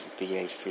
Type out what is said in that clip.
BAC